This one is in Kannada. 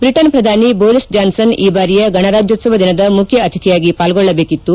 ಬ್ರಿಟನ್ ಪ್ರಧಾನಿ ಬೋರಿಸ್ ಜಾನ್ಸನ್ ಈ ಬಾರಿಯ ಗಣರಾಜ್ಯೋತ್ಸವ ದಿನದ ಮುಖ್ಯ ಅತಿಥಿಯಾಗಿ ಪಾಲ್ಗೊಳ್ಳಜೇಕಪ್ತು